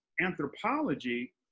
anthropology